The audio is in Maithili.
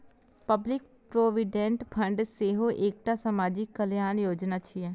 पब्लिक प्रोविडेंट फंड सेहो एकटा सामाजिक कल्याण योजना छियै